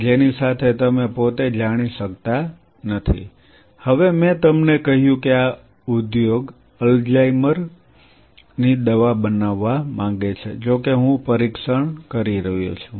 જેની સાથે તમે પોતે જાણી શકતા નથી હવે મેં તમને કહ્યું કે આ ઉદ્યોગ અલ્ઝાઇમર Alzheimer's કરવા માંગે છે જોકે હું પરીક્ષણ કરી રહ્યો છું